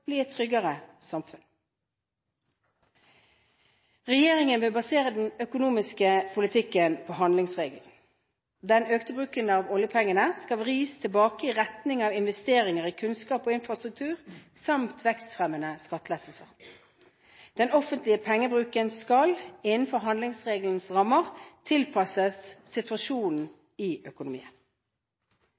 et tryggere samfunn. Regjeringen vil basere den økonomiske politikken på handlingsregelen. Den økte bruken av oljepengene skal vris tilbake i retning av investeringer i kunnskap og infrastruktur samt vekstfremmende skattelettelser. Den offentlige pengebruken skal, innenfor handlingsregelens rammer, tilpasses situasjonen i økonomien.